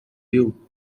you